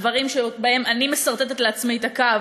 הדברים שבהם אני מסרטטת לעצמי את הקו